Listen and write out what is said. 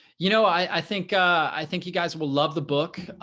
you know, i think i think you guys will love the book.